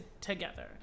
together